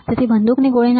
તેથી બંદૂકની ગોળીનો